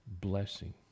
blessing